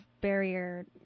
barrier